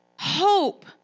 Hope